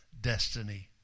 destiny